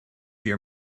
your